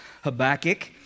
Habakkuk